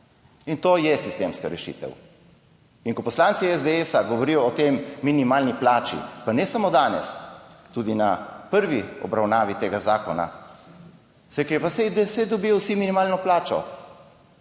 In to je sistemska rešitev. In ko poslanci SDS govorijo o tej minimalni plači, pa ne samo danes, tudi na prvi obravnavi tega zakona so rekli, "pa saj dobijo vsi minimalno plačo,